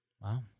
Wow